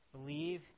believe